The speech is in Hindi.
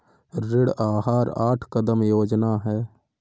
ऋण आहार आठ कदम योजना है